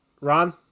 Ron